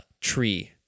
tree